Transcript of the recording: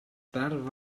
tard